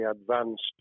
advanced